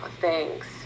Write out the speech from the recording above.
thanks